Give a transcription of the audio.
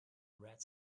red